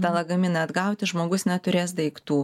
tą lagaminą atgauti žmogus neturės daiktų